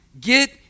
Get